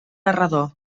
narrador